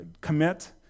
commit